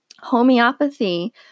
Homeopathy